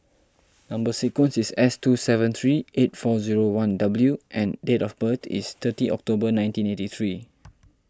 Number Sequence is S two seven three eight four zero one W and date of birth is thirty October nineteen eighty three